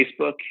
Facebook